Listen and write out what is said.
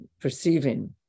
perceiving